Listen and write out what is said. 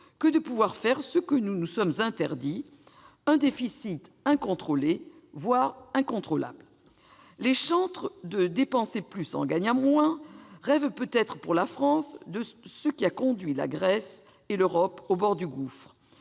que de pouvoir faire ce que nous nous sommes interdit : un déficit incontrôlé, voire incontrôlable. Les chantres du « dépenser plus en gagnant moins » rêvent peut-être, pour la France, de ce qui a conduit la Grèce et l'Europe au bord du gouffre